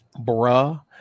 bruh